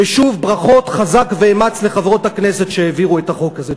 ושוב ברכות חזק ואמץ לחברות הכנסת שהעבירו את החוק הזה.